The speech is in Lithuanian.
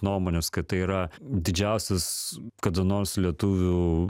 nuomonės kad tai yra didžiausias kada nors lietuvių